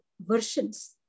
versions